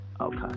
Okay